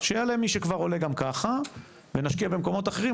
שיעלה מי שכבר עולה גם ככה ונשקיע במקומות אחרים,